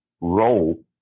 role